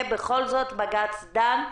בכל זאת, בג"ץ דן.